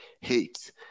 hate